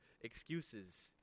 excuses